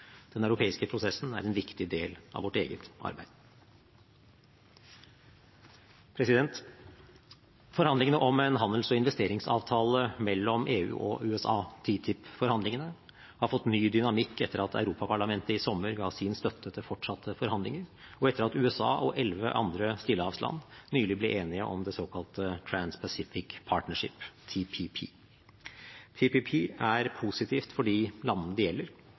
Den europeiske prosessen er en viktig del av vårt eget arbeid. Forhandlingene om en handels- og investeringsavtale mellom EU og USA, TTIP-forhandlingene, har fått ny dynamikk etter at Europaparlamentet i sommer ga sin støtte til fortsatte forhandlinger, og etter at USA og elleve andre stillehavsland nylig ble enige om det såkalte Trans-Pacific Partnership, TPP. TPP er positivt for de landene det gjelder,